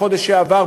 כמו בחודש שעבר,